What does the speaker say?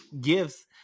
gifts